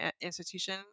institution